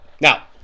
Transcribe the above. now